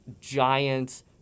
giant